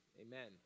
Amen